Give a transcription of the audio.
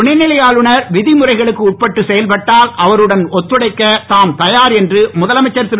துணைநிலை ஆளுநர் விதிமுறைகளுக்கு உட்பட்டு செயல்பட்டால் அவருடன் ஒத்துழைக்க தாம் தயார் என்று முதலமைச்சர் திரு